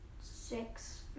six